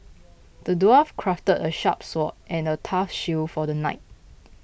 the dwarf crafted a sharp sword and a tough shield for the knight